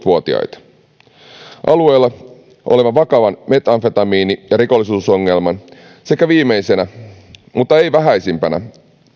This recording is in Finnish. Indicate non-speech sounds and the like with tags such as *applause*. *unintelligible* vuotiaita alueella on vakava metamfetamiini ja rikollisuusongelma sekä viimeisenä mutta ei vähäisimpänä